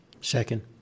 Second